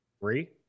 Three